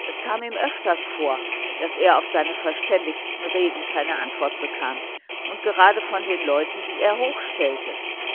es kam ihm öfters vor daß er auf seine verständigsten reden keine antwort bekam und zwar gerade von den leuten die er hoch